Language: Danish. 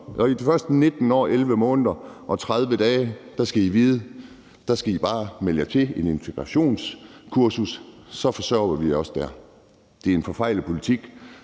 og de første 19 år, 11 måneder og 30 dage skal I vide, at I bare skal melde jer til et integrationskursus, og at så forsørger vi jer også der. Det er en forfejlet politik.